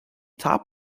top